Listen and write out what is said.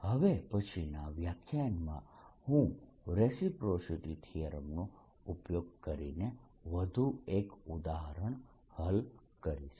હવે પછીનાં વ્યાખ્યાનમાં હું રેસિપ્રોસિટી થીયરમનો ઉપયોગ કરીને વધુ એક ઉદાહરણ હલ કરીશ